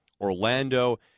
Orlando